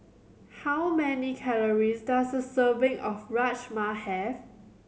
how many calories does a serving of Rajma have